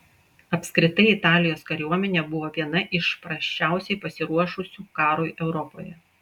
apskritai italijos kariuomenė buvo viena iš prasčiausiai pasiruošusių karui europoje